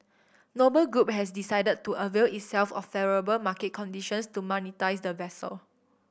Noble Group has decided to avail itself of favourable market conditions to monetise the vessel